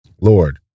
Lord